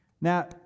Now